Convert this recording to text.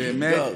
זה אתגר.